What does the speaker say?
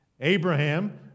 Abraham